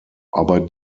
aber